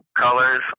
Colors